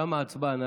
תמה ההצבעה.